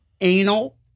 anal